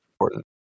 important